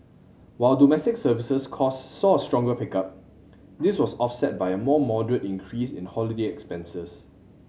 while domestic services cost saw a stronger pickup this was offset by a more moderate increase in holiday expenses